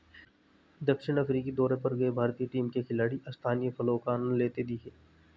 दक्षिण अफ्रीका दौरे पर गए भारतीय टीम के खिलाड़ी स्थानीय फलों का आनंद लेते दिखे